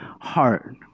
heart